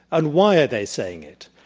and why are they saying it?